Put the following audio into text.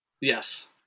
Yes